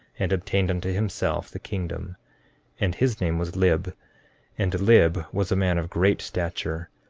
and obtained unto himself the kingdom and his name was lib and lib was a man of great stature,